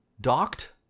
docked